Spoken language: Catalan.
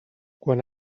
quan